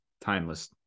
Timeless